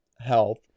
health